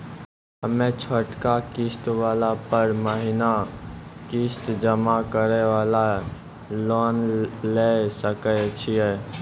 हम्मय छोटा किस्त वाला पर महीना किस्त जमा करे वाला लोन लिये सकय छियै?